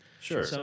sure